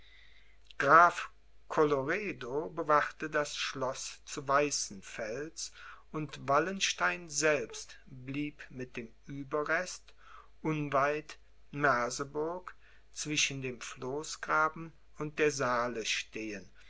bewachte das schloß zu weißenfels und wallenstein selbst blieb mit dem ueberrest unweit merseburg zwischen dem floßgraben und der saale stehen